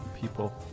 people